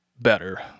better